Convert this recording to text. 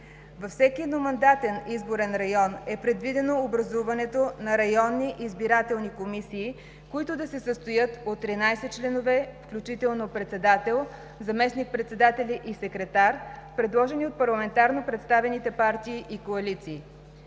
Във всеки едномандатен изборен район е предвидено образуването на районни избирателни комисии, които да се състоят от 13 членове, включително председател, заместник-председатели и секретар, предложени от парламентарно представените партии и коалиции.